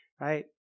right